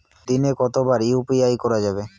দিনে কতবার ইউ.পি.আই করা যাবে?